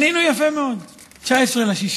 ענינו יפה מאוד, עד 19 ביוני.